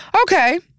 Okay